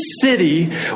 city